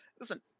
Listen